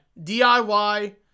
DIY